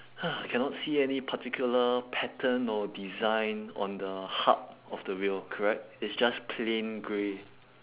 cannot see any particular pattern or design on the hub of the wheel correct it's just plain grey